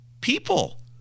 people